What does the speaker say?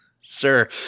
Sir